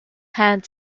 hand